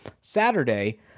Saturday